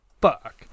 fuck